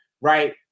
right